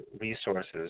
Resources